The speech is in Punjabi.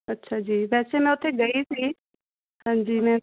ਅੱਛਾ ਜੀ ਵੈਸੇ ਮੈਂ ਉੱਥੇ ਗਈ ਸੀ ਹਾਂਜੀ ਮੈਂ